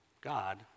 God